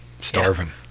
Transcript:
Starving